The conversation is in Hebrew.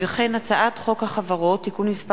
וכן הצעת חוק החברות תיקון (תיקון מס'